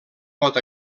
pot